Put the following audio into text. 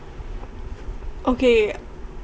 okay